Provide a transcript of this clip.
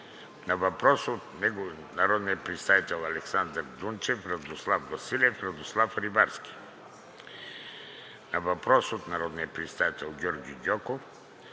на въпрос от народните представители Александър Дунчев, Радослав Василев и Радослав Рибарски; на въпрос от народния представител Георги Гьоков;